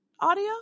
Audio